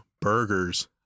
burgers